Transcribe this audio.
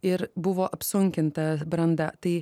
ir buvo apsunkinta branda tai